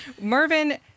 Mervin